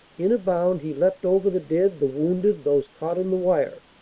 in a bound he leapt over the dead, the wounded, those caught in the wire.